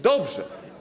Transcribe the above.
Dobrze.